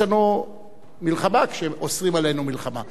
יש לנו מלחמה כשעושים עלינו מלחמה.